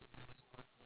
ya